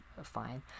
fine